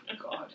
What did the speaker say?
God